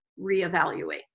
reevaluate